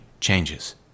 changes